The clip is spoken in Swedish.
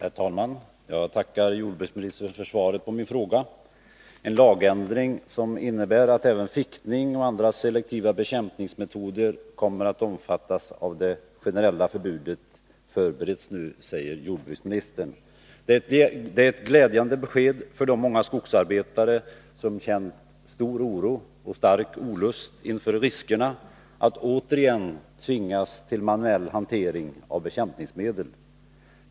Herr talman! Jag tackar jordbruksministern för svaret på min fråga. En lagändring som innebär att även fickning och andra selektiva bekämpningsmetoder kommer att omfattas av det generella förbudet förbereds nu, säger jordbruksministern. Det är ett glädjande besked för de många skogsarbetare som känt stor oro och stark olust inför riskerna att återigen tvingas till manuell hantering av bekämpningsmedel.